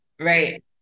right